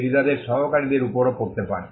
এটি তাদের সহকারীদের উপরও পড়তে পারে